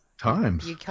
times